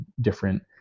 different